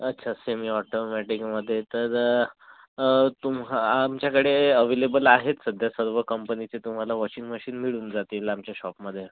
अच्छा सेमी ऑटोमॅटिकमध्ये तर तुम्हा आमच्याकडे अवेलेबल आहेत सध्या सर्व कंपनीचे तुम्हाला वॉशिंग मशीन मिळून जातील आमच्या शॉपमध्ये